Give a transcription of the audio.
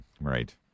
Right